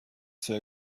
zur